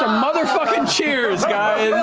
ah motherfucking cheers, guys!